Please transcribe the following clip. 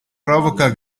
provoca